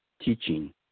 teaching